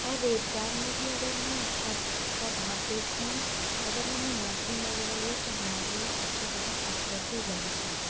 और रोज़गार में भी अगर हमें अवसर का भाव देखना है अगर हमें नौकरी मिल रही है तो हमारे लिए सबसे बड़ा अवसर भी वही होगा